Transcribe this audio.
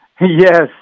Yes